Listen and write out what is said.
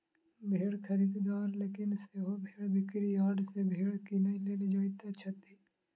भेंड़ खरीददार लोकनि सेहो भेंड़ बिक्री यार्ड सॅ भेंड़ किनय लेल जाइत छथि